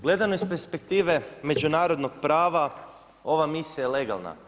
Gledam iz perspektive međunarodnog prava ova misija je legalna.